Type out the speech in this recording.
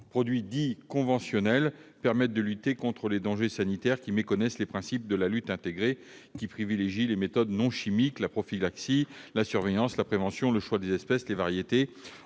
dits conventionnels permettent de lutter contre les dangers sanitaires méconnaissant les principes de la lutte intégrée. Celle-ci privilégie les méthodes non chimiques, la prophylaxie, la surveillance, la prévention, le choix des espèces, les variétés.